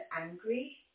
angry